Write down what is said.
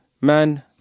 man